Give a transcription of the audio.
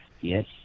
yes